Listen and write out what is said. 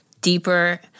deeper